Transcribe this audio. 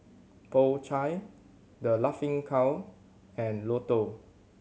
Po Chai The Laughing Cow and Lotto